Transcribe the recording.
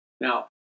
Now